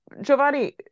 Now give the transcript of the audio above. Giovanni